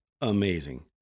amazing